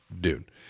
dude